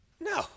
No